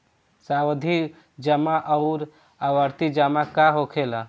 सावधि जमा आउर आवर्ती जमा का होखेला?